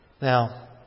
Now